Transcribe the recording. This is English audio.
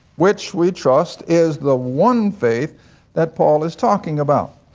which we trust is the one faith that paul is talking about.